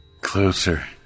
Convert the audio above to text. closer